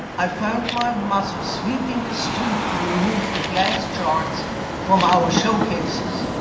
i found my mother sweeping the street to remove the glass shards from our showcases.